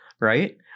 right